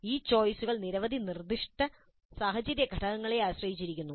ഈ ചോയ്സുകൾ നിരവധി നിർദ്ദിഷ്ട സാഹചര്യഘടകങ്ങളെ ആശ്രയിച്ചിരിക്കുന്നു